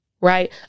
right